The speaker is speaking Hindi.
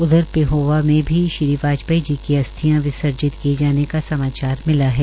उधर पिहोवा में भी श्री वाजपेयी जी की अस्थियां विर्सजित किए जाने का समाचार मिला है